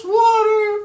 water